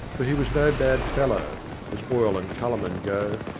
for he was no bad fellow, as oil-and-colourmen go,